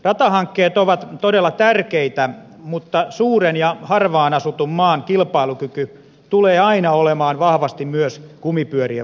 ratahankkeet ovat todella tärkeitä mutta suuren ja harvaan asutun maan kilpailukyky tulee aina olemaan vahvasti myös kumipyörien varassa